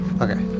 Okay